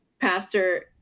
pastor